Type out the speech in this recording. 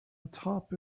atop